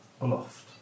Aloft